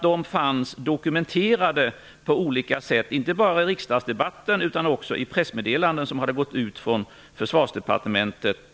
De fanns dokumenterade på olika sätt, inte bara i riksdagsdebatter utan också i pressmeddelanden som tidigare hade gått ut från Försvarsdepartementet.